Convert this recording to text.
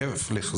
להיפך,